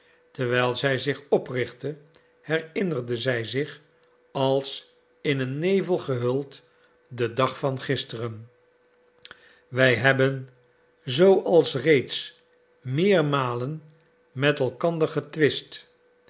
terwijl zij zich oprichtte herinnerde zij zich als in een nevel gehuld den dag van gisteren wij hebben zooals reeds meermalen met elkander getwist